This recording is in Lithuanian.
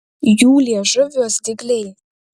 jų liežuviuos dygliai